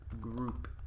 group